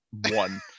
one